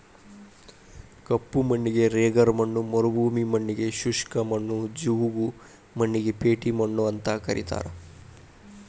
ಕಪ್ಪು ಮಣ್ಣಿಗೆ ರೆಗರ್ ಮಣ್ಣ ಮರುಭೂಮಿ ಮಣ್ಣಗೆ ಶುಷ್ಕ ಮಣ್ಣು, ಜವುಗು ಮಣ್ಣಿಗೆ ಪೇಟಿ ಮಣ್ಣು ಅಂತ ಕರೇತಾರ